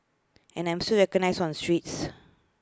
and I'm still recognised on the streets